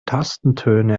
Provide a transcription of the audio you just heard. tastentöne